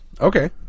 Okay